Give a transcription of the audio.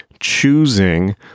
choosing